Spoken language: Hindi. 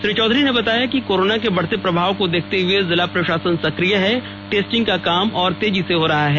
श्री चौधरी ने बताया कि कोरोना के बढ़ते प्रभाव को देखते हुए जिला प्रशासन सक्रिय है टेस्टिंग का काम तेजी से हो रहा है